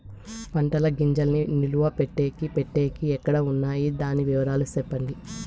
పంటల గింజల్ని నిలువ పెట్టేకి పెట్టేకి ఎక్కడ వున్నాయి? దాని వివరాలు సెప్పండి?